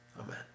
Amen